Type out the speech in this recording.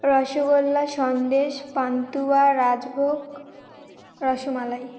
rasgulla sandesh pantua rajbhog rasmalai